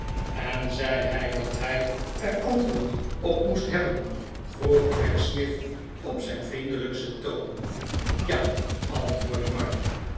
en zei hij dat hij er antwoord op moest hebben vroeg pecksniff op zijn vriendelijksten toon ja antwoordde mark